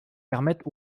permettent